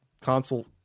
console